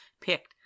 picked